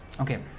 Okay